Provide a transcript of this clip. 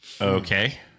Okay